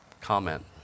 Comment